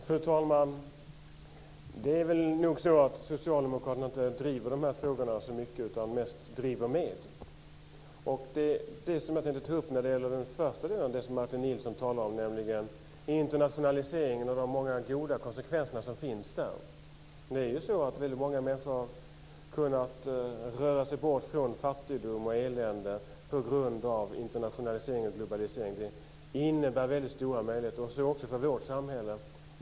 Fru talman! Det är nog så att Socialdemokraterna inte driver de här frågorna så mycket utan mest driver med. Det jag tänkte ta upp gäller den första delen av det som Martin Nilsson talar om, nämligen internationaliseringen och de många goda konsekvenser som finns där. Det är ju så att väldigt många människor har kunnat röra sig bort från fattigdom och elände på grund av internationalisering och globalisering. Det innebär väldigt stora möjligheter, så också för vårt samhälle.